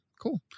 cool